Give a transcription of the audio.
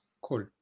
Cool